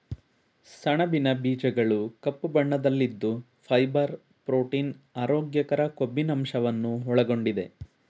ಸಣಬಿನ ಬೀಜಗಳು ಕಪ್ಪು ಬಣ್ಣದಲ್ಲಿದ್ದು ಫೈಬರ್, ಪ್ರೋಟೀನ್, ಆರೋಗ್ಯಕರ ಕೊಬ್ಬಿನಂಶವನ್ನು ಒಳಗೊಂಡಿದೆ